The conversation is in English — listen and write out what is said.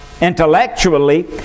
intellectually